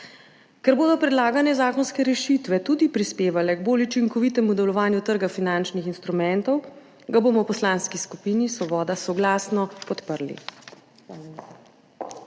Ker bodo predlagane zakonske rešitve tudi prispevale k bolj učinkovitemu delovanju trga finančnih instrumentov, ga bomo v Poslanski skupini Svoboda soglasno podprli.